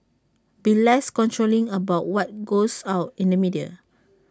be less controlling about what goes out in the media